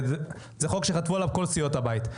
זה חוק שחתמו עליו כל סיעות הבית.